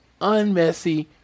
unmessy